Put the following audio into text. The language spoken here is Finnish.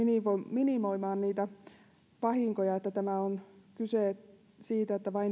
minimoimaan niitä vahinkoja tässä on kyse siitä että vain